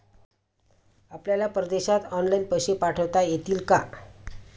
आपल्याला परदेशात ऑनलाइन पैसे पाठवता येतील का?